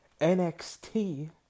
NXT